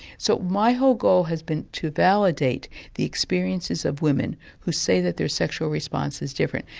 so my whole goal has been to validate the experiences of women who say that their sexual response is different,